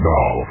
Now